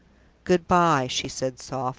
good-by! she said, softly.